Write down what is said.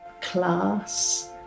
class